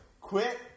Quit